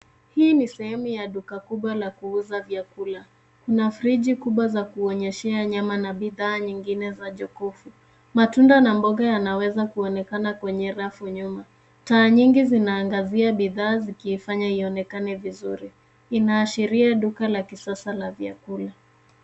Hii ni sehemu ya duka kubwa la kuuza chakula. Kuna friji kubwa za kuonyeshea nyama na bidhaa nyingine za jokofu. Matunda na mboga yanaweza kuonekana kwenye rafu nyuma. Taa nyingi zinaangazia bidhaa zikiifanya ionekane vizuri. Inaashiria duka la kisasaa la vyakula.